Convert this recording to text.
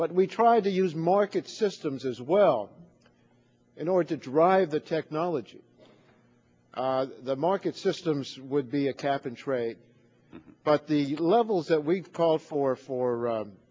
but we tried to use market systems as well in order to drive the technology the market systems would be a cap and trade but the levels that we've called for for